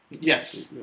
Yes